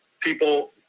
people